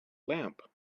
lamp